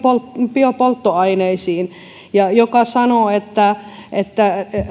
biopolttoaineisiin joka sanoo että että